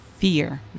fear